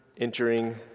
entering